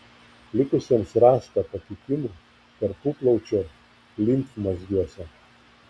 likusiems rasta pakitimų tarpuplaučio limfmazgiuose